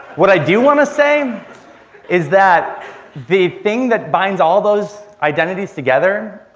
what i do want to say is that the thing that binds all those identities together,